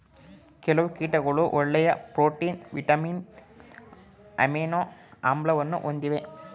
ಕೆಲವು ಕೀಟಗಳು ಒಳ್ಳೆಯ ಪ್ರೋಟೀನ್, ವಿಟಮಿನ್ಸ್, ಅಮೈನೊ ಆಮ್ಲವನ್ನು ಹೊಂದಿವೆ